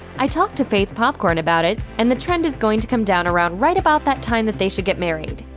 i talked to faith popcorn about it, and the trend is going to come down around right about that time that they should get married.